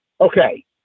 okay